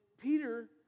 Peter